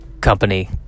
company